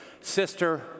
sister